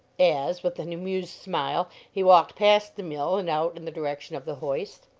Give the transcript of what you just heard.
as, with an amused smile, he walked past the mill and out in the direction of the hoist.